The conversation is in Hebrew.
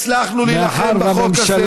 הצלחנו להילחם בחוק הזה,